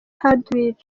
hardwick